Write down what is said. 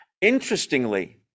Interestingly